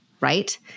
right